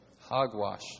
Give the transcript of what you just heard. Hogwash